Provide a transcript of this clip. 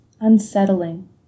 unsettling